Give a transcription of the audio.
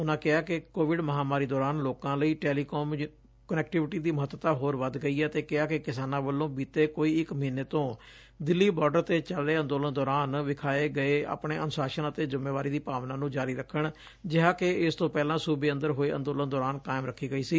ਉਨਾਂ ਕਿਹਾ ਕਿ ਕੋਵਿਡ ਮਹਾਮਾਰੀ ਦੌਰਾਨ ਲੋਕਾਂ ਲਈ ਟੈਲੀ ਕਾਮ ਕਨੈਕਟੀਵਿਟੀ ਦੀ ਮਹੱਤਤਾ ਹੋਰ ਵੱਧ ਗਈ ਏ ਅਤੇ ਕਿਹਾ ਕਿ ਕਿਸਾਨਾਂ ਵੱਲੋਂ ਬੀਤੇ ਕੋਈ ਇਕ ਮਹੀਨੇ ਤੋਂ ਦਿੱਲੀ ਬਾਰਡਰ ਤੇ ਚੱਲ ਰਹੇ ਅੰਦੋਲਨ ਦੌਰਾਨ ਵਿਖਾਏ ਗਏ ਆਪਣੇ ਅਨੁਸ਼ਾਸਨ ਅਤੇ ਜੁੰਮੇਵਾਰੀ ਦੀ ਭਾਵਨਾ ਨੂੰ ਜਾਰੀ ਰੱਖਣ ਜਿਹਾ ਕਿ ਇਸ ਤੋ ਪਹਿਲਾਂ ਸੁਬੇ ਅੰਦਰ ਹੋਏ ਅੰਦੋਲਨ ਦੌਰਾਨ ਕਾਇਮ ਰਖੀ ਗਈ ਸੀ